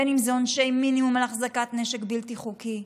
בין אם זה עונשי מינימום על החזקת נשק בלתי חוקי,